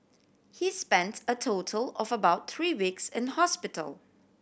he spent a total of about three weeks in hospital